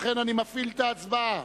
אני מפעיל את ההצבעה